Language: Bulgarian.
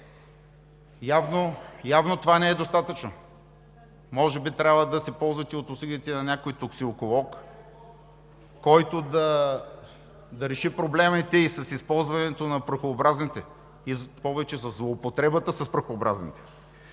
Явно това не е достатъчно. Може би трябва да се ползвате от услугите и на някой токсиколог, който да реши проблемите и с използването на прахообразните, повече със злоупотребата с прахообразните.